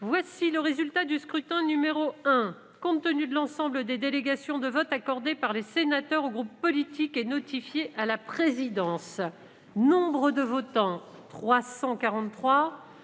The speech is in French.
le résultat du scrutin. Voici, compte tenu de l'ensemble des délégations de vote accordées par les sénateurs aux groupes politiques et notifiées à la présidence, le résultat du